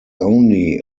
only